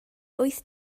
wyth